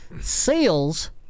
sales